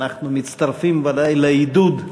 ואנחנו מצטרפים בוודאי לעידוד,